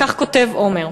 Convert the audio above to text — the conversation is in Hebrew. כך כותב עומר: